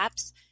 apps